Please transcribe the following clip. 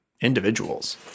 individuals